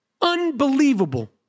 Unbelievable